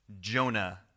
Jonah